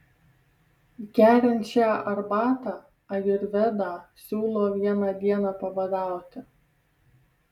geriant šią arbatą ajurvedą siūlo vieną dieną pabadauti